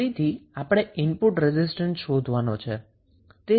હવે ફરીથી આપણે ઇનપુટ રેઝિસ્ટન્સ શોધવાનો છે